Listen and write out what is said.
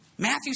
Matthew